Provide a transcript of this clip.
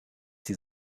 die